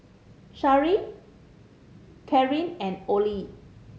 Sherrie Cathryn and Oley